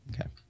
Okay